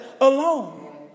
alone